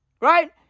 right